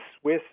Swiss